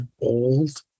old